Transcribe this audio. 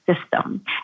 system